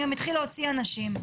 ואני גם אתחיל להוציא אנשים.